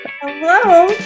Hello